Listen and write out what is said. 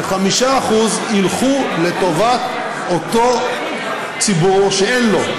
ו-5% ילכו לטובת אותו ציבור שאין לו.